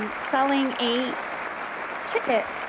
um selling a ticket